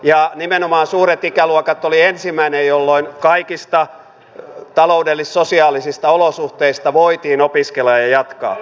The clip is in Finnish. ja nimenomaan suuret ikäluokat oli ensimmäinen jolloin kaikista taloudellis sosiaalisista olosuhteista voitiin opiskelua jatkaa